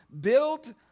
Built